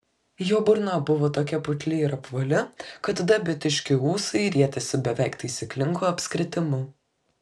jo burna buvo tokia putli ir apvali kad dabitiški ūsai rietėsi beveik taisyklingu apskritimu